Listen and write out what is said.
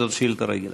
כי זאת שאילתה רגילה.